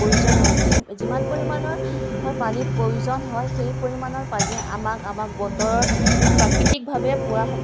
হয় যি যিমান পৰিমাণৰ পানীৰ প্ৰয়োজন হয় সেই পৰিমাণৰ পানী আমাক আমাক বতৰ প্ৰাকৃতিকভাৱে পোৱা